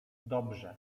dobrze